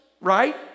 right